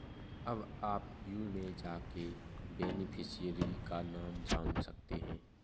अब आप व्यू में जाके बेनिफिशियरी का नाम जान सकते है